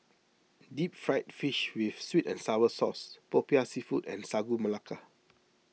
Deep Fried Fish with Sweet and Sour Sauce Popiah Seafood and Sagu Melaka